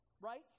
Right